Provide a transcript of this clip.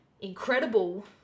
incredible